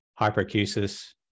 hyperacusis